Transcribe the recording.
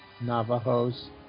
Navajos